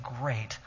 great